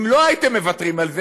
אם לא הייתם מוותרים על זה,